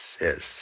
yes